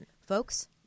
Folks